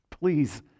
Please